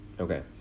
okay